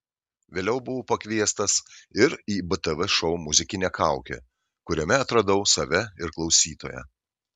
vėliau buvau pakviestas ir į btv šou muzikinė kaukė kuriame atradau save ir klausytoją